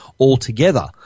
altogether